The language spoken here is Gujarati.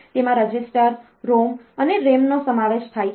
તેમાં રજીસ્ટર ROM અને RAM નો સમાવેશ થાય છે